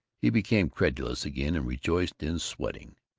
he became credulous again, and rejoiced in sweating.